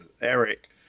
Eric